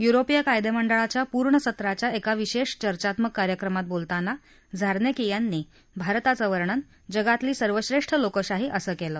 युरोपीय कायदेमंडळाच्या पूर्णसत्राच्या एका विशेष चर्चात्मक कार्यक्रमात बोलताना झारनेकी यांनी भारताचं वर्णन जगातली सर्वश्रेष्ठ लोकशाही असं केलं